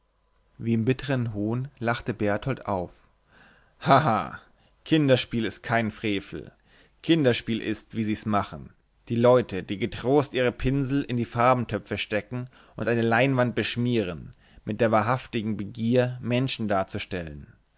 wie in bitterm hohn lachte berthold auf ha ha kinderspiel ist kein frevel kinderspiel ist's wie sie's machen die leute die getrost ihre pinsel in die farbentöpfe stecken und eine leinwand beschmieren mit der wahrhaftigen begier menschen darzustellen